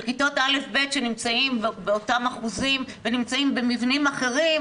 כיתות א'-ב' שנמצאים באותם אחוזים ונמצאים במבנים אחרים,